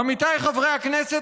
עמיתיי חברי הכנסת,